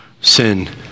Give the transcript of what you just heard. sin